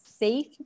safe